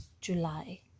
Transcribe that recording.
July